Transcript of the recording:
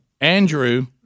andrew